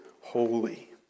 holy